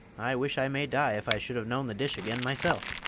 i wish i may die if i should have known the dish again myself!